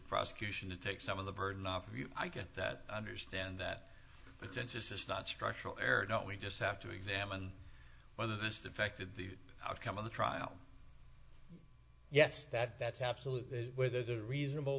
prosecution to take some of the burden off of you i get that i understand that but since it's just not structural error don't we just have to examine whether this affected the outcome of the trial yes that that's absolutely where there's a reasonable